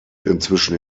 inzwischen